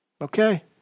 Okay